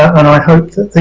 and i hope that